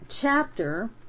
chapter